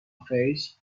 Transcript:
آخیش